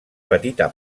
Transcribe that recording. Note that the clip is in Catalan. petita